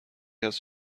has